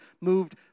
moved